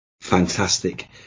Fantastic